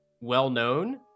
well-known